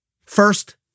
First